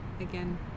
again